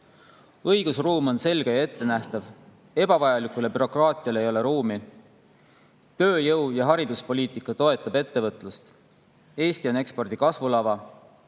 õigusruum on selge ja ettenähtav; ebavajalikule bürokraatiale ei ole ruumi; tööjõu- ja hariduspoliitika toetab ettevõtlust; Eesti on ekspordi kasvulava;